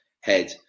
head